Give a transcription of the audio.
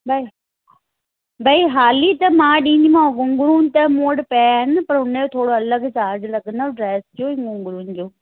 त भाई हाली त मां ॾींदीमाव घुंघरू त मूं वटि पिया आहिनि पर हुनजो थोरो अलॻि चार्ज लॻंदव ड्रेस जो ऐं घुंघरुनि जो